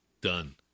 Done